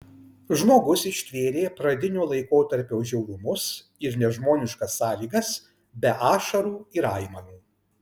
žmogus ištvėrė pradinio laikotarpio žiaurumus ir nežmoniškas sąlygas be ašarų ir aimanų